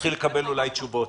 ונתחיל לקבל אולי תשובות.